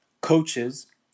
coaches